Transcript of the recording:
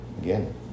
again